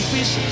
Fish